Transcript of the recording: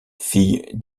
fille